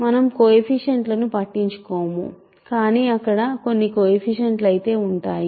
మనం కొయెఫిషియంట్లను పట్టించుకోము కానీ అక్కడ కొన్ని కొయెఫిషియంట్లు అయితే ఉంటాయి